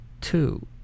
two